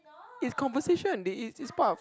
it's conversation they it it's part of